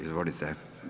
Izvolite.